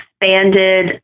expanded